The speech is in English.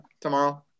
tomorrow